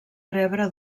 rebre